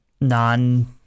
Non